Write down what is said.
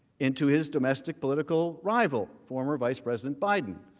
into his domestic political rival. former vice president biden,